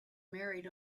married